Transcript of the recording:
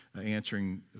answering